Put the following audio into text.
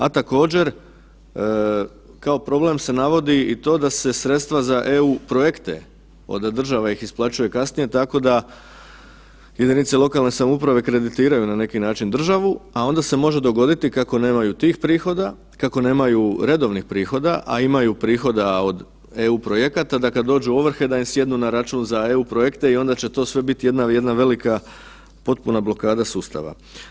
A također, kao problem se navodi i to da se sredstva za EU projekte, država ih isplaćuje kasnije tako da jedinice lokalne samouprave kreditiraju na neki način državu, a onda se može dogoditi kako nemaju tih prihoda, kako nemaju redovnih prihoda, a imaju prihoda od EU projekata, da kad dođu ovrhe da im sjednu na račun za EU projekte i onda će to sve biti jedna velika potpuna blokada sustava.